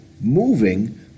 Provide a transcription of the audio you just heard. moving